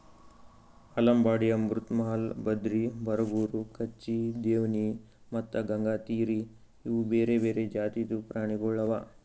ಆಲಂಬಾಡಿ, ಅಮೃತ್ ಮಹಲ್, ಬದ್ರಿ, ಬರಗೂರು, ಕಚ್ಚಿ, ದೇವ್ನಿ ಮತ್ತ ಗಂಗಾತೀರಿ ಇವು ಬೇರೆ ಬೇರೆ ಜಾತಿದು ಪ್ರಾಣಿಗೊಳ್ ಅವಾ